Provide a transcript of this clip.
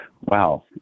wow